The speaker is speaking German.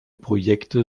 projekte